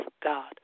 God